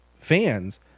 fans